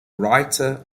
writer